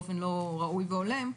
באופן לא ראוי והולם,